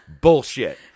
bullshit